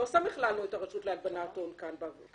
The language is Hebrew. לא סתם הכנסנו את הרשות לאיסור הלבנת הון לוועדה.